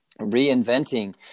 reinventing